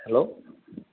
hello